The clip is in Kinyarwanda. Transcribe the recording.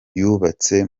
yubatse